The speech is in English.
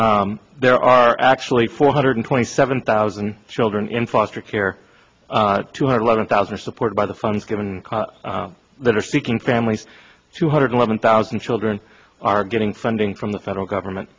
children there are actually four hundred twenty seven thousand children in foster care two hundred eleven thousand are supported by the funds given that are speaking families two hundred eleven thousand children are getting funding from the federal government